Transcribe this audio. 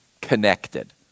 connected